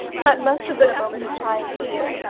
that must have been a moment of triumph to you.